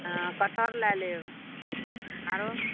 हँ कटहर लै लेब आओर